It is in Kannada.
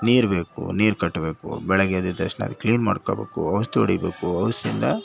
ನೀರು ಬೇಕು ನೀರು ಕಟ್ಟಬೇಕು ಬೆಳಗ್ಗೆ ಎದ್ದಿದ ತಕ್ಷಣ ಅದು ಕ್ಲೀನ್ ಮಾಡ್ಕೊಬೇಕು ಔಷ್ಧಿ ಹೊಡಿಬೇಕು ಔಷ್ಧಿಯಿಂದ